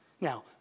Now